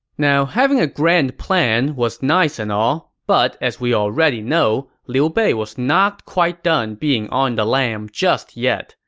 having a grand plan was nice and all, but as we already know, liu bei was not quite done being on the lam just yet.